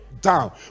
down